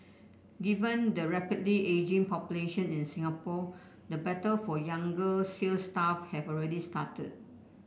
given the rapidly ageing population in Singapore the battle for younger sale staff have already started